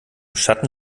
schatten